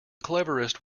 cleverest